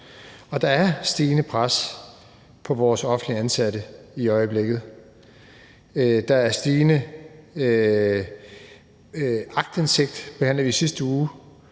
er et stigende pres på vores offentligt ansatte i øjeblikket. Der er stigende krav om aktindsigt – det behandlede vi i sidste uge